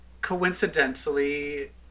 coincidentally